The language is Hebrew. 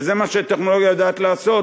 וזה מה שטכנולוגיה יודעת לעשות,